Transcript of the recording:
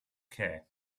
care